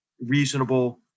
reasonable